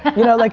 you know, like